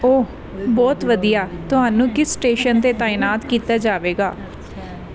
ਓਹ ਬਹੁਤ ਵਧੀਆ ਤੁਹਾਨੂੰ ਕਿਸ ਸਟੇਸ਼ਨ 'ਤੇ ਤਾਇਨਾਤ ਕੀਤਾ ਜਾਵੇਗਾ